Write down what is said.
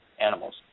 animals